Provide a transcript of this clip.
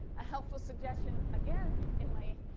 a helpful suggestion, again, in my,